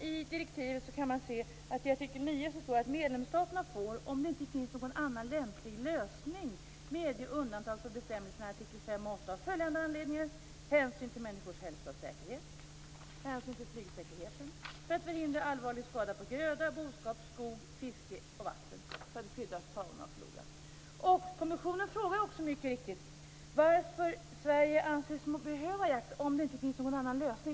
I direktivets artikel 9 står det att medlemsstaterna får, om det inte finns någon annan lämplig lösning, medge undantag från bestämmelserna i artiklarna 5 och 8 av följande anledningar: hänsyn till människors hälsa och säkerhet, hänsyn till flygsäkerheten, för att förhindra allvarlig skada på gröda, boskap, skog, fiske och vatten, för att skydda fauna och flora. Kommissionen frågar också mycket riktigt: Varför anser sig Sverige att behöva jakt, om det inte finns någon annan lösning?